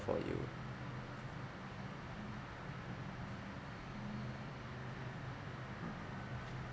for you